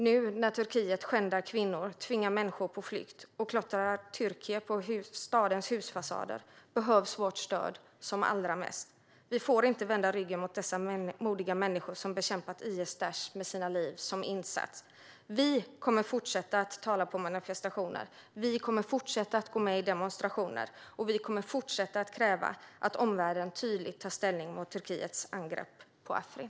Nu när Turkiet skändar kvinnor, tvingar människor på flykt och klottrar "Türkiye" på stadens husfasader behövs vårt stöd som allra mest. Vi får inte vända ryggen mot dessa modiga människor, som bekämpat IS/Daish med sina liv som insats. Vi kommer att fortsätta tala på manifestationer. Vi kommer att fortsätta gå med i demonstrationer. Vi kommer att fortsätta kräva att omvärlden tydligt tar ställning mot Turkiets angrepp på Afrin.